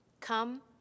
Come